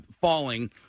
falling